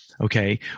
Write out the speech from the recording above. okay